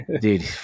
dude